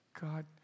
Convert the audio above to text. God